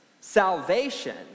salvation